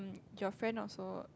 your friend also